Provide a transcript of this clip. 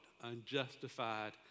Unjustified